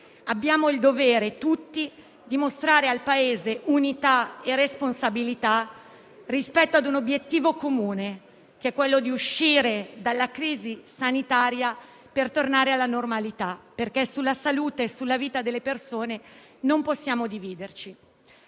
abbiamo tutti il dovere di mostrare al Paese unità e responsabilità rispetto a un obiettivo comune, che è quello di uscire dalla crisi sanitaria per tornare alla normalità, perché sulla salute e sulla vita delle persone non possiamo dividerci.